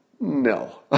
No